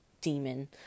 demon